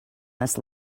must